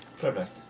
perfect